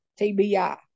TBI